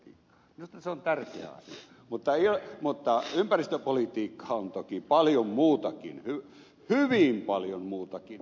minusta se on tärkeä asia mutta ympäristöpolitiikka on toki paljon muutakin hyvin paljon muutakin